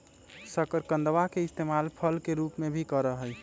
शकरकंदवा के इस्तेमाल फल के रूप में भी करा हई